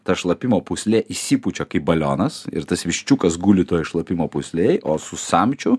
ta šlapimo pūslė išsipučia kaip balionas ir tas viščiukas guli toj šlapimo pūslėj o su samčiu